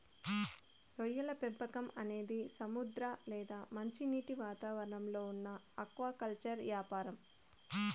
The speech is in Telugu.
రొయ్యల పెంపకం అనేది సముద్ర లేదా మంచినీటి వాతావరణంలో ఉన్న ఆక్వాకల్చర్ యాపారం